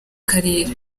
karere